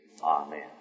Amen